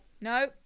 no